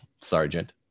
Sergeant